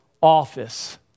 office